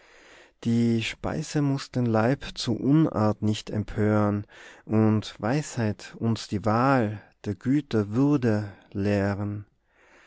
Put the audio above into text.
die speise muß den leib zur unart nicht empören und weisheit und die wahl der güter würde lehren